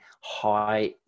high